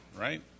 right